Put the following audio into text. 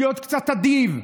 להיות קצת אדיב,